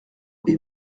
est